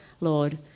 Lord